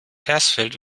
hersfeld